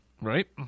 Right